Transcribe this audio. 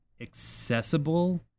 accessible